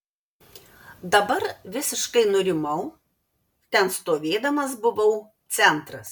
dabar visiškai nurimau ten stovėdamas buvau centras